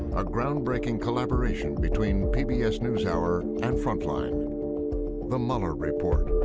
a groundbreaking collaboration between pbs newshour and frontline the mueller report.